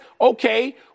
Okay